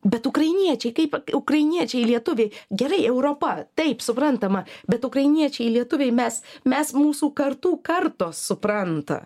bet ukrainiečiai kaip ukrainiečiai lietuviai gerai europa taip suprantama bet ukrainiečiai lietuviai mes mes mūsų kartų kartos supranta